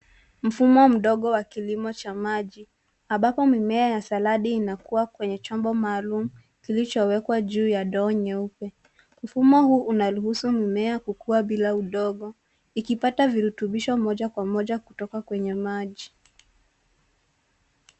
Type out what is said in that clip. Mfumo mdogo wa kilimo cha maji ambapo mimea ya saladi inakuwa kwenye chombo maalum kilicho wekwa juu ya ndoo nyeupe. Mfumo huu una ruhusu mmea kukua bila udongo ikipata virutubisho moja kwa moja kutoka kwenye maji.